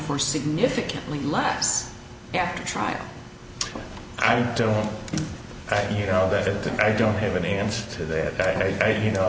for significantly less after trial i don't you know that i don't have an answer to that i you know